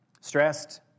stressed